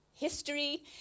History